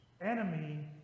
enemy